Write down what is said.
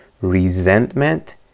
resentment